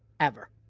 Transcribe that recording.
ever.